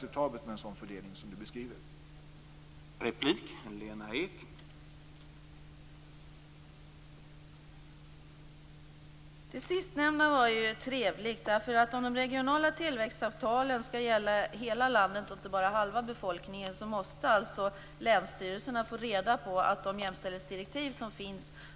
En sådan fördelning som Lena Ek beskriver är inte acceptabel.